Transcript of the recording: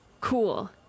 Cool